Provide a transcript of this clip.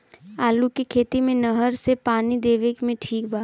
आलू के खेती मे नहर से पानी देवे मे ठीक बा?